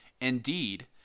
Indeed